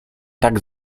tak